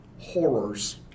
horrors